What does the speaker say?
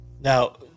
Now